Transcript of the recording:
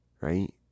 right